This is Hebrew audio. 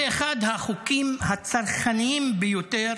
זה אחד החוקים הצרכניים ביותר